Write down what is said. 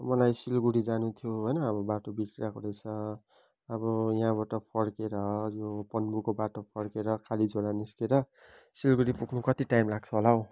मलाई सिलगढी जानु थियो होइन अब बाटो बिग्रिरहेको रहेछ अब यहाँबाट फर्केर यो पन्बूको बाटो फर्केर कालीझोडा निस्केर सिलगढी पुग्नु कति टाइम लाग्छ होला हो